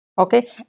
Okay